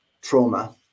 trauma